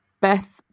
Beth